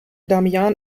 damiaan